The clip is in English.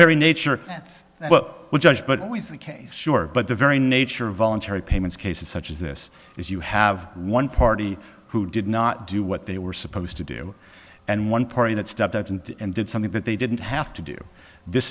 very nature that judge but always the case sure but the very nature of voluntary payments cases such as this is you have one party who did not do what they were supposed to do and one party that stepped up and did something that they didn't have to do this